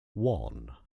one